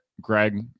Greg